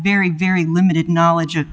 very very limited knowledge of